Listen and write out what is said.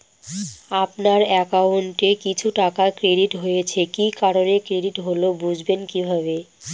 আপনার অ্যাকাউন্ট এ কিছু টাকা ক্রেডিট হয়েছে কি কারণে ক্রেডিট হল বুঝবেন কিভাবে?